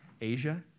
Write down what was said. Asia